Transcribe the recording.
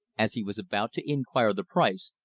as he was about to inquire the price,